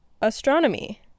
astronomy